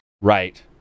Right